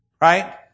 Right